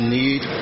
need